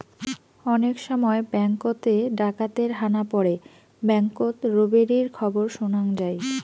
অনেক সময় ব্যাঙ্ককোত এ ডাকাতের হানা পড়ে ব্যাঙ্ককোত রোবেরির খবর শোনাং যাই